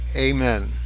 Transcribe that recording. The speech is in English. Amen